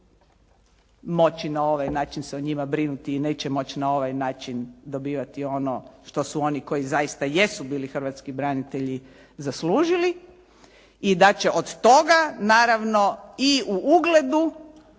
moći na ovaj način se o njima brinuti i neće moći na ovaj način dobivati ono što su oni koji zaista jesu bili hrvatski branitelji zaslužili i da će od toga naravno i u ugledu,